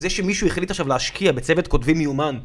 זה שמישהו החליט עכשיו להשקיע בצוות כותבים מיומן